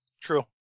True